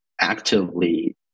actively